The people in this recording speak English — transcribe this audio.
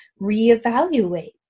reevaluate